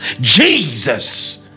Jesus